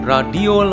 Radio